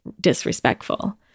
disrespectful